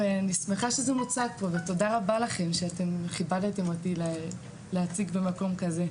אני שמחה שזה מוצג פה ותודה רבה לכם שאתם כיבדתם אותי להציג במקום כזה.